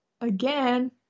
again